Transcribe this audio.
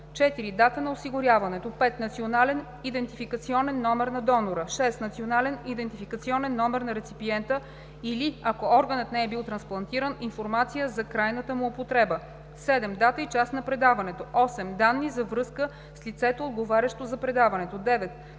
4. дата на осигуряването; 5. национален идентификационен номер на донора; 6. национален идентификационен номер на реципиента или, ако органът не е бил трансплантиран – информация за крайната му употреба; 7. дата и час на предаването; 8. данни за връзка с лицето, отговарящо за предаването; 9.